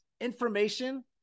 information